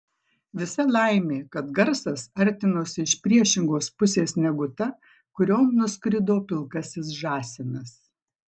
visa laimė kad garsas artinosi iš priešingos pusės negu ta kurion nuskrido pilkasis žąsinas